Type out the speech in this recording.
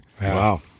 Wow